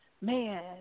Man